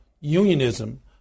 unionism